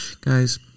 Guys